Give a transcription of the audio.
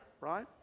right